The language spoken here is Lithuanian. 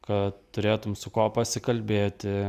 kad turėtum su kuo pasikalbėti